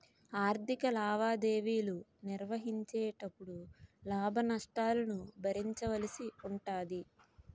ఆర్ధిక లావాదేవీలు నిర్వహించేటపుడు లాభ నష్టాలను భరించవలసి ఉంటాది